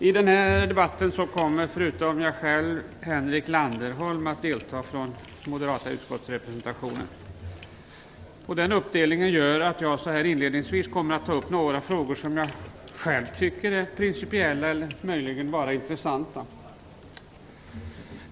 Fru talman! I denna debatt kommer, förutom jag själv, Henrik Landerholm att delta från den moderata utskottsrepresentationen. Den uppdelningen gör att jag så här inledningsvis kommer att ta upp några frågor som jag själv tycker är principiella, eller möjligen bara intressanta.